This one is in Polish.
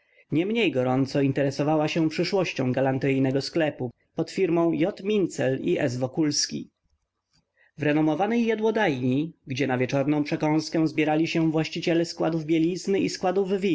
niemniej gorąco interesowała się przyszłością galanteryjnego sklepu pod firmą j mincel i s wokulski w renomowanej jadłodajni gdzie na wieczorną przekąskę zbierali się właściciele składów bielizny i składów win